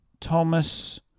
Thomas